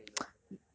angela tried it no ah